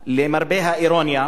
למרבה האירוניה,